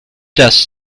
das